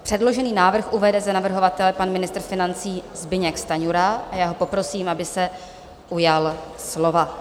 Předložený návrh uvede za navrhovatele pan ministr financí Zbyněk Stanjura a já ho poprosím, aby se ujal slova.